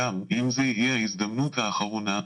אם זו תהיה ההזדמנות האחרונה.